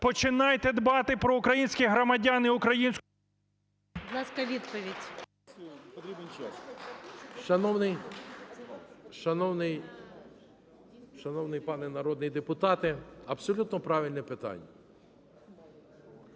Починайте дбати про українських громадян